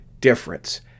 difference